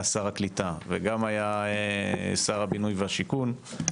שר הקליטה וגם היה שר הבינוי והשיכון,